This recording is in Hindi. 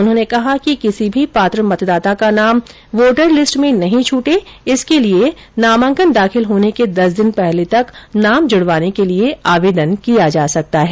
उन्होंने कहा कि किसी भी पात्र मतदाता का नाम वोटर लिस्ट में नहीं छूटे इसके लिए नामांकन दाखिल होने के दस दिन पहले तक नाम जुड़वाने के लिए आवेदन किया जा सकता है